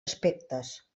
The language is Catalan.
aspectes